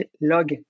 log